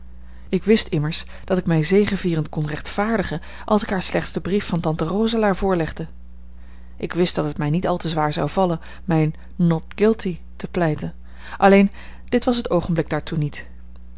ik wist immers dat ik mij zegevierend kon rechtvaardigen als ik haar slechts den brief van tante roselaer voorlegde ik wist dat het mij niet al te zwaar zou vallen mijn not guilty te pleiten alleen dit was het oogenblik daartoe niet